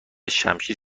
شمشیر